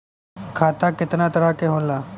खाता केतना तरह के होला?